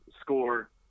score